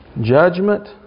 judgment